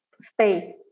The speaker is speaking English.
space